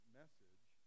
message